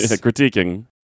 Critiquing